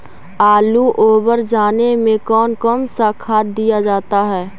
आलू ओवर जाने में कौन कौन सा खाद दिया जाता है?